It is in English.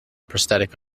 prosthetic